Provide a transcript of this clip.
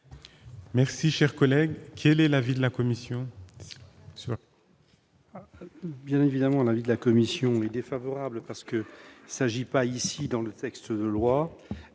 par mes collègues. Quel est l'avis de la commission ?